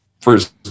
first